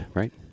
right